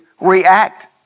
react